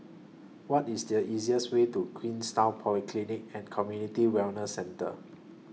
What IS The easiest Way to Queenstown Polyclinic and Community Wellness Centre